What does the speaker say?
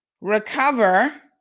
recover